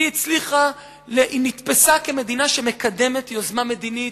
היא נתפסה כמדינה שמקדמת יוזמה מדינית,